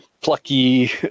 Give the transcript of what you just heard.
plucky